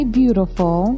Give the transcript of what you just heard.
beautiful